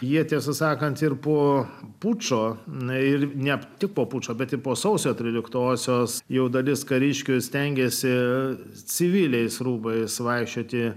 jie tiesą sakant ir po pučo na ir net tik po pučo bet po sausio tryliktosios jau dalis kariškių stengėsi civiliais rūbais vaikščioti